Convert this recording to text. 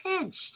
pinched